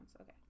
okay